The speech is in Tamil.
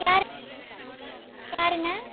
யார் யாருங்க